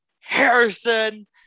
Harrison